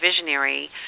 visionary